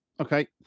Okay